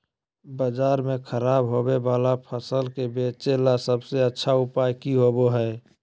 बाजार में खराब होबे वाला फसल के बेचे ला सबसे अच्छा उपाय की होबो हइ?